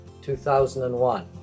2001